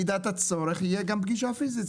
במידת הצורך תהיה גם פגישה פיסית,